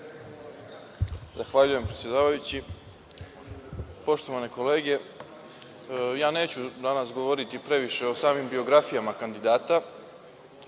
Zahvaljujem, predsedavajući. Poštovane kolege, ja neću danas govoriti previše o samim biografijama kandidata,